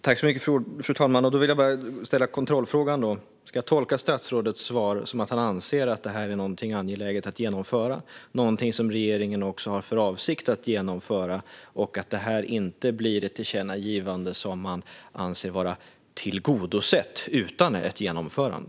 Fru talman! Jag vill bara ställa en kontrollfråga. Ska jag tolka statsrådets svar som att han anser att detta är något som är angeläget att genomföra och som regeringen också har för avsikt att genomföra, så att detta inte blir ett tillkännagivande som man anser vara tillgodosett utan ett genomförande?